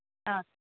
ആ